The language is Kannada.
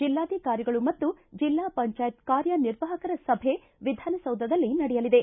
ಜಿಲ್ಲಾಧಿಕಾರಿಗಳು ಮತ್ತು ಜಿಲ್ಲಾ ಪಂಚಾಯತ್ ಕಾರ್ಯನಿರ್ವಾಹಕರ ಸಭೆ ವಿಧಾನಸೌಧದಲ್ಲಿ ನಡೆಯಲಿದೆ